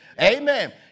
Amen